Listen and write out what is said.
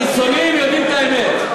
הניצולים יודעים את האמת.